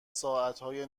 ساعتای